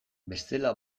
bestela